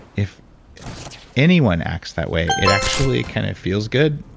if anyone acts that way, it actually kind of feels good,